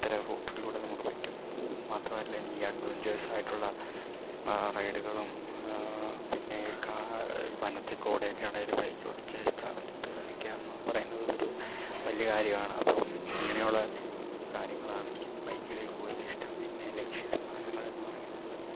ഇത്ര റൂട്ടിലൂടെ നമുക്ക് പറ്റും മാത്രം അല്ല എനിക്ക് ഈ അഡ്വെഞ്ചേസ് ആയിട്ടുള്ള റൈഡുകളും പിന്നെ ഈ വനത്തിൽക്കൂടെയെക്കെ ആണെങ്കിലും ബൈക്കോടിച്ച് ഒക്കെയെന്ന് പറയുന്നത് ഒരു വലിയ കാര്യമാണ് അപ്പം ഇങ്ങനെയുള്ള കാര്യങ്ങളാണെനിക്ക് ബൈക്കുകളിൽ കൂടുതലിഷ്ടം പിന്നെ ലക്ഷ്യസ്ഥാനങ്ങളെന്ന് പറയുന്നത്